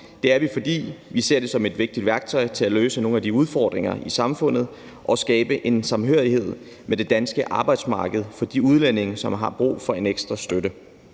Det er vi, fordi vi ser det som et vigtigt værktøj til at løse nogle af udfordringerne i samfundet og skabe en samhørighed med det danske arbejdsmarked for de udlændinge, som har brug for en ekstra støtte.